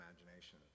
imagination